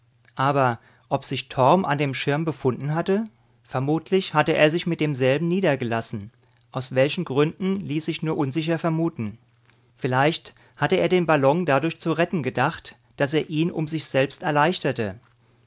aber ob sich torm an dem schirm befunden hatte vermutlich hatte er sich mit demselben niedergelassen aus welchen gründen ließ sich nur unsicher vermuten vielleicht hatte er den ballon dadurch zu retten gedacht daß er ihn um sich selbst erleichterte